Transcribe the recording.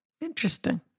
Interesting